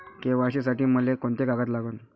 KYC साठी मले कोंते कागद लागन?